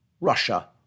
Russia